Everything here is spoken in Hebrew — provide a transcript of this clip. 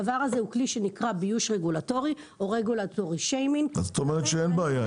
דבר זה הוא כלי שנקרא ביוש רגולטורי --- אז את אומרת שאין בעיה.